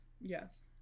yes